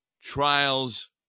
trials